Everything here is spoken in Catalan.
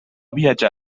viatjar